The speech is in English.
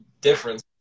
difference